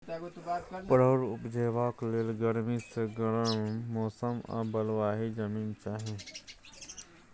परोर उपजेबाक लेल गरमी सँ नरम मौसम आ बलुआही जमीन चाही